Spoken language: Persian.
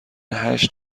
هشت